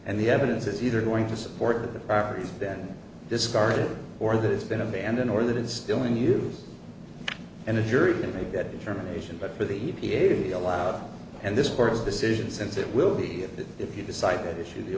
and the evidence is either going to support the properties been discarded or that has been abandoned or that is still in use and a jury would make that determination but for the e p a allowed and this court's decision since it will be if you decide that issue the